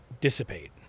dissipate